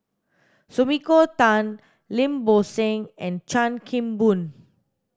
Sumiko Tan Lim Bo Seng and Chan Kim Boon